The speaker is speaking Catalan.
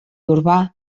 urbà